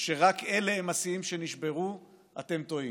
שרק אלה הם השיאים שנשברו אתם טועים.